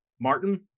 Martin